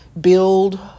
build